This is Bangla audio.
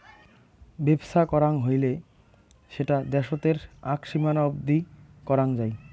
বেপছা করাং হৈলে সেটা দ্যাশোতের আক সীমানা অবদি করাং যাই